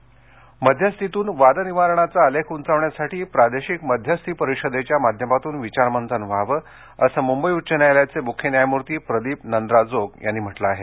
नंद्राजोग मध्यस्थीतून वादनिवारणाचा आलेख उंचावण्यासाठी प्रादेशिक मध्यस्थी परिषदेच्या माध्यमातून विचारमंथन व्हावं असं मुंबई उच्च न्यायालयाचे मुख्य न्यायमूर्ती प्रदीप नंद्राजोग यांनी म्हटलं आहे